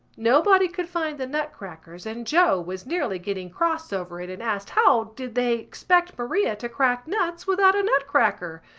nobody could find the nutcrackers and joe was nearly getting cross over it and asked how did they expect maria to crack nuts without a nutcracker.